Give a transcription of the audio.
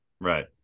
Right